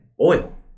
oil